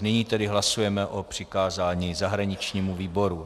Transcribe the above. Nyní tedy hlasujeme o přikázání zahraničnímu výboru.